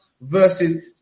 Versus